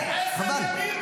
חבל,